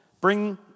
bring